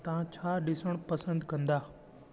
तव्हां छा ॾिसणु पसंदि कंदा